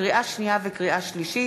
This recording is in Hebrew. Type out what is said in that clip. לקריאה שנייה ולקריאה שלישית,